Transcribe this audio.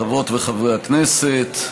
חברות וחברי הכנסת,